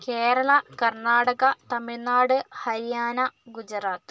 Keralam Karnataka Tamil Nadu Haryana Gujarat